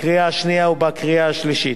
בקריאה השנייה ובקריאה השלישית.